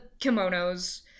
kimonos